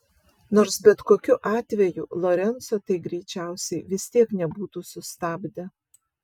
nors bet kokiu atveju lorenco tai greičiausiai vis tiek nebūtų sustabdę